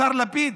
השר לפיד,